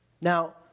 Now